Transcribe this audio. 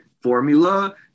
formula